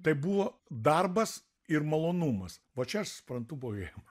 tai buvo darbas ir malonumas va čia aš suprantu bohemą